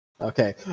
Okay